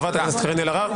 חברת הכנסת קארין אלהרר.